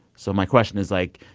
so my question is, like,